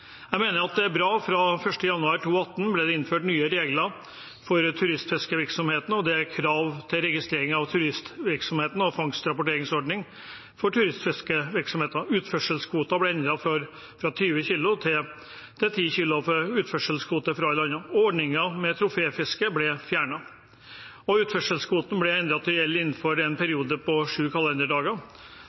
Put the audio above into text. Jeg mener det er bra at det fra 1. januar 2018 ble innført nye regler for turistfiskevirksomheten, og det er krav til registrering av turistvirksomheten og fangstrapporteringsordning for turistfiskevirksomheter, der utførselskvoter ble endret til 20 kg – og til 10 kg for alle andre. Ordningen med troféfiske ble fjernet, og utførselskvoten ble endret til å gjelde innenfor en periode på sju kalenderdager.